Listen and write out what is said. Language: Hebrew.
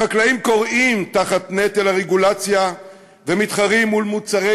החקלאים כורעים תחת נטל הרגולציה ומתחרים מול מוצרי